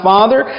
Father